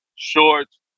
Shorts